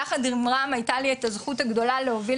יחד עם רם היתה לי את הזכות הגדולה להוביל